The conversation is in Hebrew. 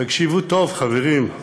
תקשיבו טוב, חברים,